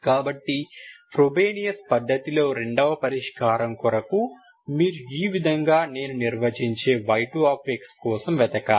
కాబట్టి ఫ్రోబెనియస్ పద్ధతిలో రెండవ పరిష్కారం కొరకు మీరు ఈ విధంగా నేను నిర్వచించేy2 కోసం వెతకాలి